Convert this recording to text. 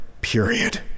period